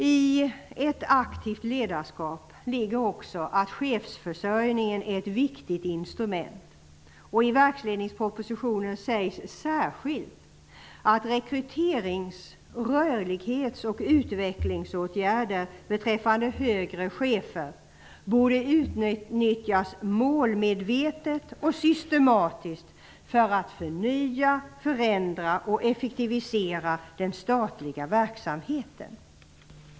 För ett aktivt ledarskap är chefsförsörjningen ett viktigt instrument. I verksledningspropositionen sägs särskilt att rekryterings , rörlighets och utvecklingsåtgärder beträffande högre chefer borde utnyttjas målmedvetet och systematiskt för att förnya, förändra och effektivisera den statliga verksamheten.